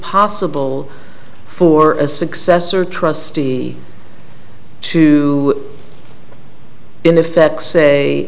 possible for a successor trustee to in effect say